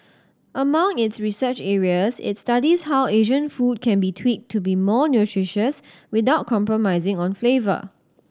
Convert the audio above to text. among its research areas it studies how Asian food can be tweaked to be more nutritious without compromising on flavour